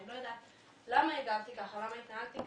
אני לא יודעת למה הגבתי ככה, למה התנהגתי ככה.